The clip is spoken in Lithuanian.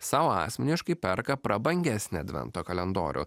sau asmeniškai perka prabangesnį advento kalendorių